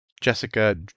Jessica